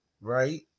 right